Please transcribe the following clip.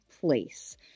place